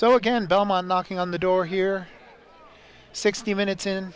so again delmon knocking on the door here sixty minutes in